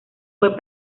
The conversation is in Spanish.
puesto